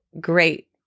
great